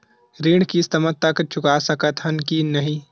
ऋण किस्त मा तक चुका सकत हन कि नहीं?